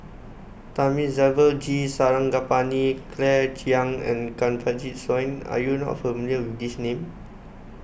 Thamizhavel G Sarangapani Claire Chiang and Kanwaljit Soin are you not familiar with these names